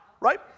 right